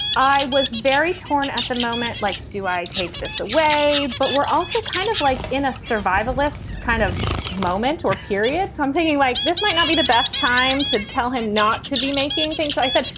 i was very torn at the moment. like, do i take this away? but we're also kind of like in a survivalist kind of moment or period. so i'm thinking like this might not be the best time to tell him not to be making things. so i said,